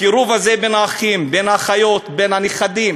הקירוב הזה בין האחים, בין האחיות, בין הנכדים,